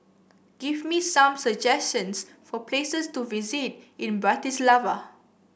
give me some suggestions for places to visit in Bratislava